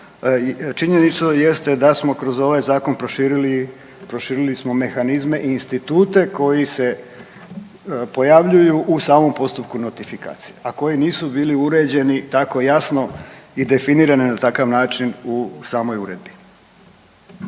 činjenično jeste da smo kroz ovaj zakon proširili, proširili smo mehanizme i institute koji se pojavljuju u samom postupku notifikacije, a koji nisu bili uređeni tako jasno i definirani na takav način u samoj uredbi.